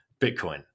Bitcoin